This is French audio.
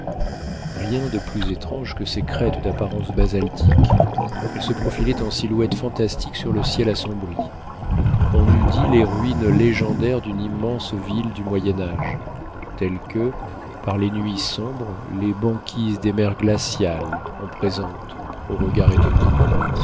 rien de plus étrange que ces crêtes d'apparence basaltique elles se profilaient en silhouettes fantastiques sur le ciel assombri on eut dit les ruines légendaires d'une immense ville du moyen âge telles que par les nuits sombres les banquises des mers glaciales en présentent au regard étonné